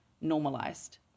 normalized